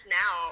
now